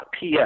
.ps